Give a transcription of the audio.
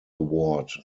award